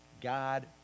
God